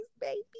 baby